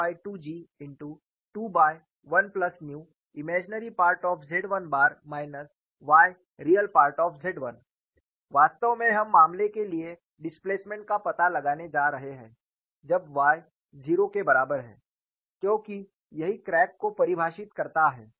uy12G21Im Z1 yRe Z1 वास्तव में हम मामले के लिए डिस्प्लेसमेंट का पता लगाने जा रहे हैं जब y 0 के बराबर है क्योंकि यही क्रैक को परिभाषित करता है